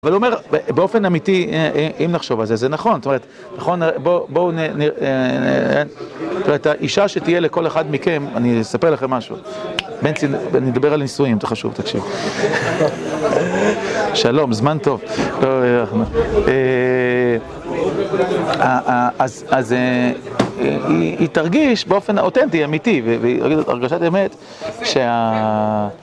אבל הוא אומר, באופן אמיתי, אם נחשוב על זה, זה נכון, זאת אומרת, נכון, בואו נראה, זאת אומרת, האישה שתהיה לכל אחד מכם, אני אספר לכם משהו, אני מדבר על נישואים, זה חשוב, תקשיבו. שלום, זמן טוב. אז היא תרגיש באופן אותנטי, אמיתי, והיא תרגיש את הרגשת האמת,